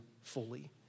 fully